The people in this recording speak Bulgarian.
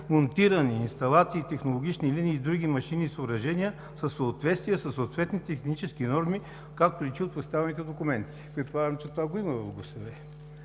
монтирани инсталации, технологични линии и други машини и съоръжения са в съответствие със съответните технически норми, както личи от представените документи“. Предполагам, че това го има в ГУСВ?